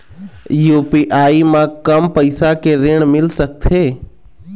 UPI म कम पैसा के ऋण मिल सकथे?